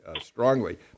strongly